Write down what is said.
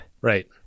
Right